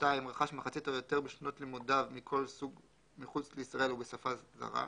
רכש מחצית או יותר משנות לימודיו מכל סוג מחוץ לישראל ובשפה זרה,